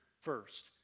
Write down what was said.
first